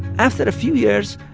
after a few years,